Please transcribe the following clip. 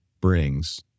brings